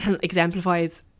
exemplifies